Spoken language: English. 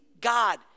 God